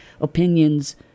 opinions